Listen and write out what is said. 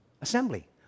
assembly